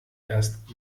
erst